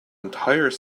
entire